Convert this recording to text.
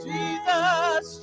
Jesus